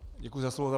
Děkuji za slovo.